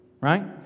Right